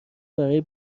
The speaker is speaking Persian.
برای